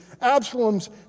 Absalom's